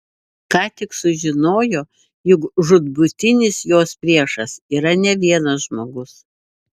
ką tik sužinojo jog žūtbūtinis jos priešas yra ne vienas žmogus